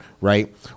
right